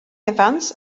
evans